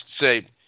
say